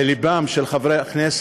דווקא זו הזדמנות לדבר ללבם של חברי הכנסת